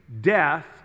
death